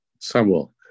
Samuel